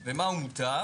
ומהו מוטב?